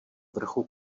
vrchu